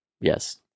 Yes